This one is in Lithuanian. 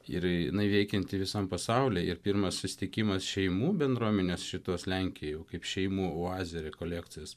ir jinai veikianti visam pasauly ir pirmas susitikimas šeimų bendruomenės šitos lenkijoj jau kaip šeimų oazė rekolekcijos